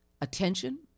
attention